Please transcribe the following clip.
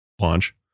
launch